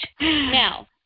Now